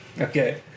Okay